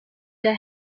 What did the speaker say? der